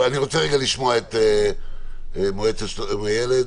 אני רוצה רגע לשמוע את המועצה לשלום הילד.